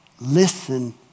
Listen